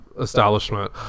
establishment